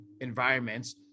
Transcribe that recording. environments